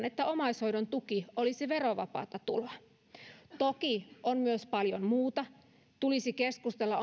että omaishoidon tuki olisi verovapaata tuloa toki on myös paljon muuta tulisi keskustella